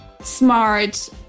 smart